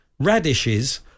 Radishes